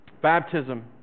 Baptism